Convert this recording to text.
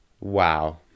wow